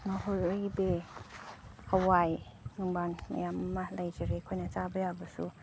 ꯉꯥꯍꯣꯔ ꯑꯩꯒꯤ ꯄꯦ ꯍꯋꯥꯏꯒꯨꯝꯕ ꯃꯌꯥꯝ ꯑꯃ ꯂꯩꯈ꯭ꯔꯦ ꯑꯩꯈꯣꯏꯅ ꯆꯥꯕ ꯌꯥꯕꯁꯨ